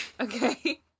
okay